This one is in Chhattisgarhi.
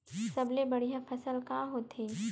सबले बढ़िया फसल का होथे?